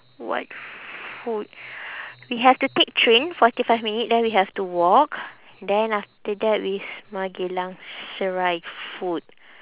what food we have to take train forty five minute then we have to walk then after that wisma geylang serai food